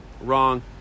Wrong